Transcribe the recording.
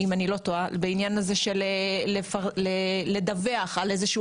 אם אני לא טועה בעניין הזה של לדווח על איזשהו